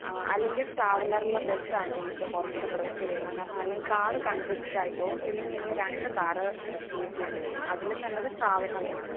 ആ അല്ലെങ്കിൽ ട്രാവലറിൽ ബെസ്സ് ആണ് നമുക്ക് കുറച്ചു കൂടെ പ്രിഫെർ ചെയ്യുന്നത് കാരണം അല്ലെങ്കിൽ കാറ് കൺജസ്റ്റഡ് ആയിപ്പോകും ഇല്ലെങ്കിൽ നിങ്ങൾ രണ്ട് കാറ് ചൂസ് ചെയ്യേണ്ടി വരും അതിലും നല്ലത് ട്രാവലറിലാണ്